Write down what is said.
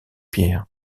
pierres